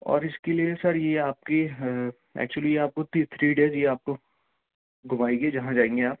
اور اس کے لیے سر یہ آپ کی ایکچولی آپ کو تی تھری ڈیز یہ آپ کو گھمائے گی جہاں جائیں گے آپ